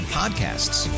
podcasts